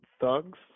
thugs